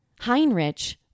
Heinrich